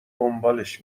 دنبالش